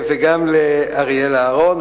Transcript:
וגם לאריאלה אהרון,